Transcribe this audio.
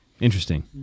Interesting